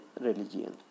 religion